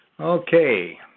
Okay